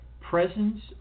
Presence